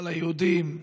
היהודים,